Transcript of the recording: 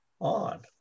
on